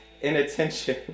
inattention